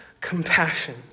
compassion